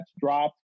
dropped